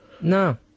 No